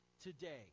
today